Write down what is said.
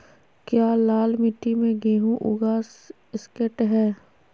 क्या लाल मिट्टी में गेंहु उगा स्केट है?